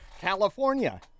California